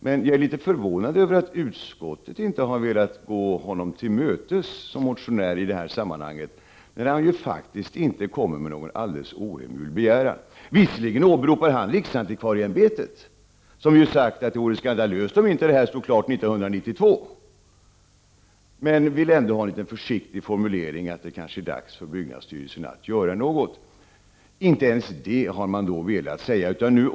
Men jag är litet förvånad över att utskottet inte har velat gå honom till mötes som motionär i detta sammanhang, när han ju faktiskt inte kommer med någon alldeles ohemul begäran. Visserligen åberopar han riksantikvarieämbetet, där man har sagt att det vore skandalöst om inte uppbyggnaden stod klar 1992. Han vill ändå ha en litet försiktig formulering, att det kanske är dags för byggnadsstyrelsen att göra något. Inte ens det har man velat säga.